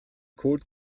code